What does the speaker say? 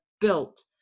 built